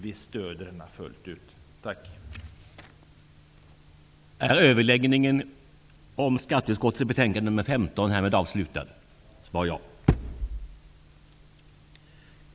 Vi stöder den fullt ut. Tack.